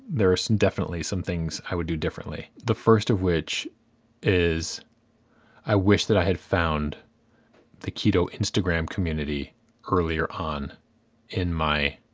there are some definitely some things i would do differently, the first of which is i wish that i had found the keto instagram community earlier on in my